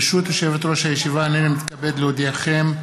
ברשות יושבת-ראש הישיבה, הינני מתכבד להודיעכם,